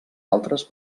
altres